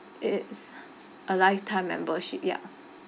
it is a lifetime membership ya